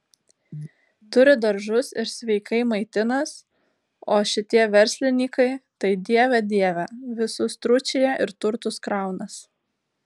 turi daržus ir sveikai maitinas o šitie verslinykai tai dieve dieve visus tručija ir turtus kraunas